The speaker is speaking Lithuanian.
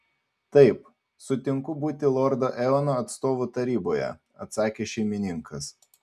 taip sutinku būti lordo eono atstovu taryboje atsakė šeimininkas